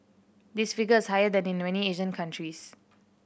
this figure is higher than in many Asian countries